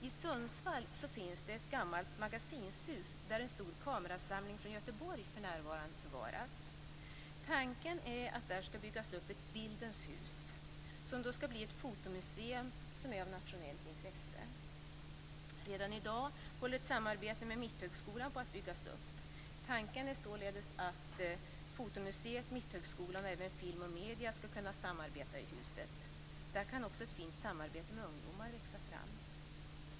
I Sundsvall finns det ett gammalt magasinshus där en stor kamerasamling från Göteborg för närvarande förvaras. Tanken är att det där skall byggas upp ett bildens hus, som skall bli ett fotomuseum av nationellt intresse. Redan i dag håller ett samarbete med Mitthögskolan på att byggas upp. Tanken är således att fotomuseet, Mitthögskolan och även personer som arbetar med film och medier skall kunna samarbeta i huset. Där kan också ett fint samarbete med ungdomar växa fram.